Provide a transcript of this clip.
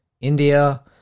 India